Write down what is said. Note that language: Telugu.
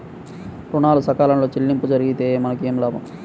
ఋణాలు సకాలంలో చెల్లింపు జరిగితే మనకు ఏమి లాభం?